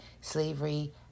slavery